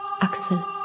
Axel